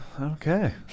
Okay